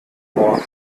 ohr